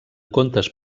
contes